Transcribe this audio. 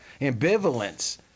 ambivalence